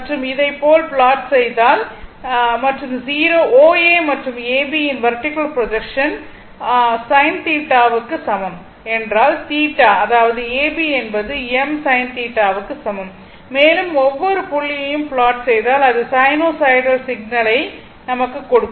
மற்றும் இதை போல் ப்லாட் செய்தால் மற்றும் O A மற்றும் A B யின் வெர்டிகல் ப்ரொஜெக்ஷன் os sin θ க்கு சமம் என்றால் θ அதாவது A B என்பது m sin θ க்கு சமம் மேலும் ஒவ்வொரு புள்ளியையும் ப்லாட் செய்தால் அது சைனூசாய்டல் சிக்னல் யை கொடுக்கும்